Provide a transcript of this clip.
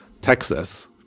Texas